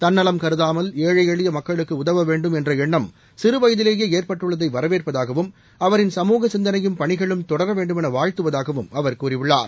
தன்னலம் கருதாமல் ஏழை எளிய மக்களுக்கு உதவ வேண்டும் என்ற எண்ணம் சிறு வயதிலேயே ஏற்பட்டுள்ளதை வரவேற்பதாகவும் அவரின் சமூக சிந்தனையும் பணிகளும் தொடர வேண்டுமென வாழ்த்துவதாகவும் அவர் கூறியுள்ளார்